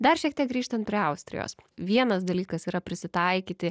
dar šiek tiek grįžtant prie austrijos vienas dalykas yra prisitaikyti